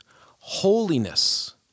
holiness